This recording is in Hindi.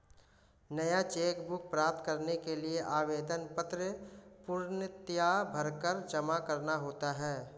नया चेक बुक प्राप्त करने के लिए आवेदन पत्र पूर्णतया भरकर जमा करना होता है